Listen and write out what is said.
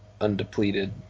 undepleted